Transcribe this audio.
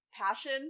passion